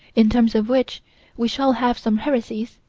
in terms of which we shall have some heresies,